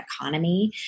economy